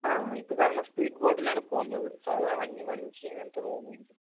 ആ ഇപ്പോൾ സാധാരണ സ്പീഡ് ബോട്ടിലാണ് പോകുന്നത് സാധാ വഞജ് വഞ്ചി അങ്ങനത്തെ ഉള്ള ഒന്നുമില്ല